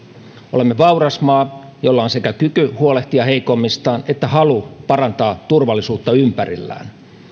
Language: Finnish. olemme vauras maa jolla on sekä kyky huolehtia heikommistaan että halu parantaa turvallisuutta ympärillään